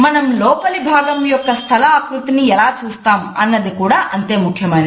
మనం లోపలి భాగం యొక్క స్థలఆకృతిని ఎలా చూస్తాం అన్నది కూడా అంతే ముఖ్యమైనది